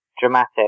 dramatic